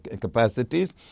capacities